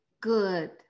good